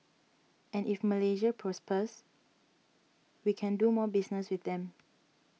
and if Malaysia prospers we can do more business with them